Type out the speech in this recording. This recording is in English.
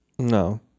No